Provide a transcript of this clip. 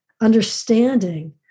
understanding